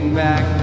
back